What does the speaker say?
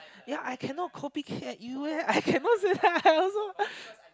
ya I cannot copy cat you eh I cannot say that I also